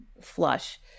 flush